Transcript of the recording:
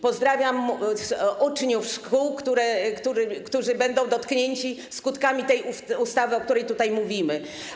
Pozdrawiam uczniów szkół, którzy będą dotknięci skutkami tej ustawy, o której tutaj mówimy.